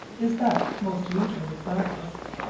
is that most usually practised.